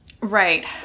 Right